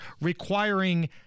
requiring